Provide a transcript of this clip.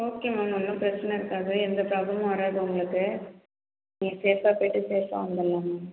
okay ma'am ஒன்றும் பிரச்சினை இருக்காது எந்த பிராப்ளமும் வராது உங்களுக்கு நீங்கள் சேஃபாக போயிட்டு சேஃபாக வந்துடலாம் மேம்